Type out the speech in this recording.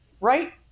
Right